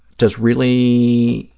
does really,